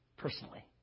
personally